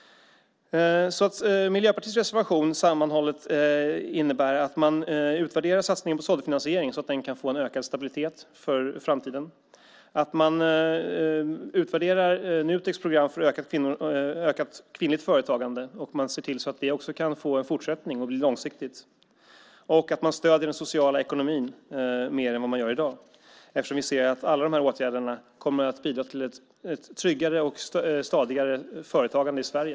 Miljöpartiets reservation innebär sammantaget att man utvärderar satsningen på såddfinansiering så att den kan få en ökad stabilitet för framtiden, att man utvärderar Nuteks program för ökat kvinnligt företagande och ser till att vi kan få en fortsättning och att det blir långsiktigt och att man stöder den sociala ekonomin mer än vad man gör i dag. Vi ser att alla de här åtgärderna kommer att bidra till ett tryggare och stadigare företagande i Sverige.